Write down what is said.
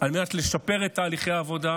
על מנת לשפר את תהליכי העבודה,